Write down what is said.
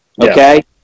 Okay